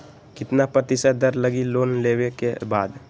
कितना प्रतिशत दर लगी लोन लेबे के बाद?